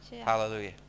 hallelujah